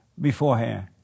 beforehand